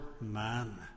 man